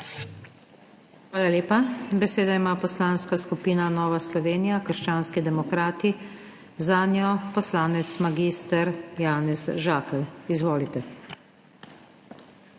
Hvala lepa. Besedo ima Poslanska skupina Nova Slovenija - krščanski demokrati, zanjo poslanec mag. Janez Žakelj. Izvolite.